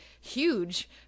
huge